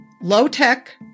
low-tech